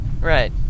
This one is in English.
Right